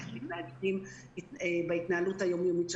איך מתמודדים בהתנהלות היום-יומית של